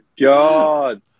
god